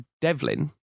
Devlin